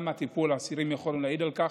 גם הטיפול, האסירים יכולים להעיד על כך.